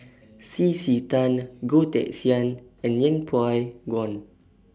C C Tan Goh Teck Sian and Yeng Pway Ngon